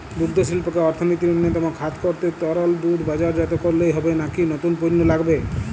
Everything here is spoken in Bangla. দুগ্ধশিল্পকে অর্থনীতির অন্যতম খাত করতে তরল দুধ বাজারজাত করলেই হবে নাকি নতুন পণ্য লাগবে?